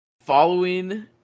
following